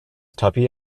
tuppy